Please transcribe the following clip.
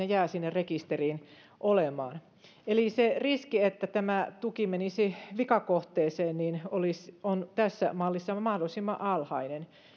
jää sinne rekisteriin olemaan eli se riski että tämä tuki menisi vikakohteeseen on tässä mallissa mahdollisimman alhainen